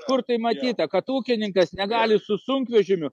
kur tai matyta kad ūkininkas negali su sunkvežimiu